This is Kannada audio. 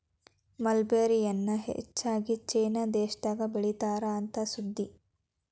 ಮಲ್ಬೆರಿ ಎನ್ನಾ ಹೆಚ್ಚಾಗಿ ಚೇನಾ ದೇಶದಾಗ ಬೇಳಿತಾರ ಅಂತ ಸುದ್ದಿ